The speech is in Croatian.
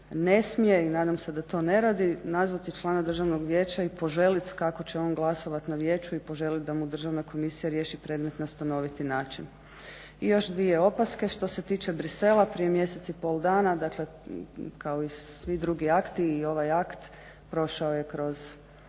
ne smije i nadam se da to ne radi nazvati člana državnog vijeća i poželim kako će on glasovat na vijeću i poželit da mu državna komisija riješi predmet na stanoviti način. I još dvije opaske što se tiče Bruxellesa prije mjesec i pol dana dakle kao i svi drugi akti i ovaj akt prošao je kroz